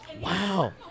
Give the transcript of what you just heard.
Wow